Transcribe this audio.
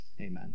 amen